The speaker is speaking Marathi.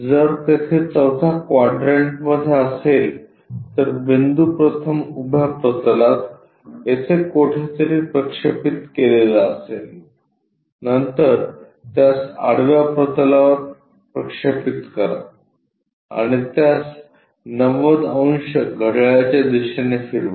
जर तेथे चौथ्या क्वाड्रंटमध्ये असेल तर बिंदू प्रथम उभ्या प्रतलात येथे कोठेतरी प्रक्षेपित केलेला असेल नंतर त्यास आडव्या प्रतलात प्रक्षेपित करा आणि त्यास 90 अंश घड्याळाच्या दिशेने फिरवा